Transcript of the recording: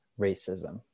racism